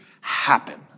happen